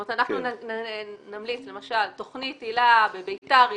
אנחנו נמליץ, למשל תכנית היל"ה בביתר עילית,